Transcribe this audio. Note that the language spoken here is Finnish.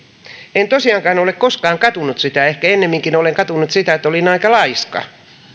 en tosiaankaan ole koskaan katunut sitä ehkä ennemminkin olen katunut sitä että olin aika laiska